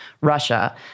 Russia